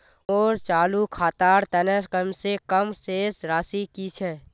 मोर चालू खातार तने कम से कम शेष राशि कि छे?